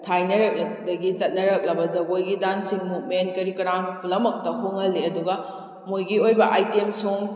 ꯊꯥꯏꯅ ꯗꯒꯤ ꯆꯠꯅꯔꯛꯂꯕ ꯖꯒꯣꯏꯒꯤ ꯗꯥꯟꯁꯤꯡ ꯃꯨꯕꯃꯦꯟ ꯀꯔꯤ ꯀꯔꯥꯡ ꯄꯨꯝꯅꯃꯛꯇ ꯍꯣꯡꯍꯜꯂꯤ ꯑꯗꯨꯒ ꯃꯣꯏꯒꯤ ꯑꯣꯏꯕ ꯑꯥꯏꯇꯦꯝ ꯁꯣꯡ